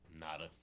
Nada